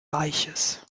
reichs